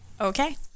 Okay